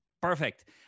Perfect